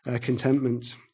contentment